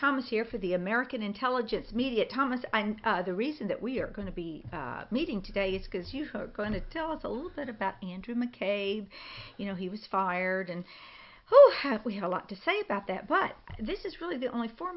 thomas here for the american intelligence media thomas and the reason that we are going to be meeting today is because you folks going to tell us a little bit about and to make a you know he was fired and who have we had a lot to say about that but this is really the only for